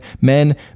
men